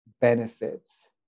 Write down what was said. benefits